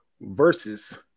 versus